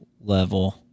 level